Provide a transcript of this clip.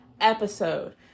episode